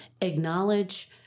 acknowledge